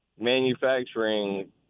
Manufacturing